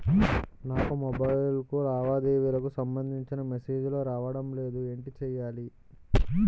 నాకు మొబైల్ కు లావాదేవీలకు సంబందించిన మేసేజిలు రావడం లేదు ఏంటి చేయాలి?